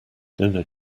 dinner